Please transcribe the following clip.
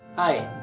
hi,